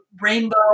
rainbow